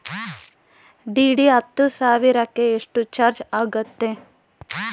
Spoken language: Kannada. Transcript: ಡಿ.ಡಿ ಹತ್ತು ಸಾವಿರಕ್ಕೆ ಎಷ್ಟು ಚಾಜ್೯ ಆಗತ್ತೆ?